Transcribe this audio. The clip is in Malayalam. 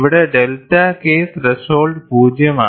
ഇവിടെ ഡെൽറ്റ കെ ത്രെഷോൾഡ് 0